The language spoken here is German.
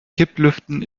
kipplüften